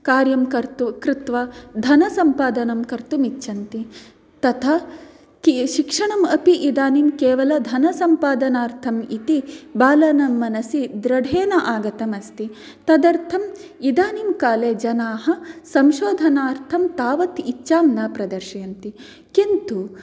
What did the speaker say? कार्यं कर्तु कृत्वा धनसम्पादनं कर्तुं इच्छन्ति तथा शिक्षणम् अपि इदानीं केवलं धनसम्पादनार्थं इति बालानां मनसि दृढ़ेन आगतम् अस्ति तदर्थम् इदानीं काले जनाः संशोधनार्थं तावत् इच्छां न प्रदर्शयन्ति किन्तु